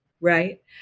right